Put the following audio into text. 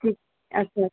अच्छा